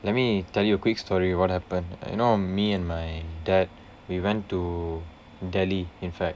let me tell you a quick story what happened you know me and my dad we went to delhi in feb